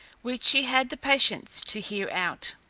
which he had the patience to hear out.